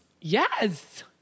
Yes